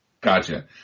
Gotcha